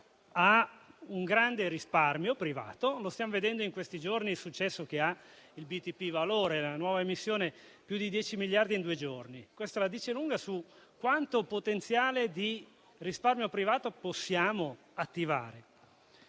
ha un grande risparmio privato; stiamo vedendo in questi giorni il successo che ha la nuova emissione dei BTP valore (più di 10 miliardi in due giorni). Questo la dice lunga su quanto potenziale di risparmio privato possiamo attivare.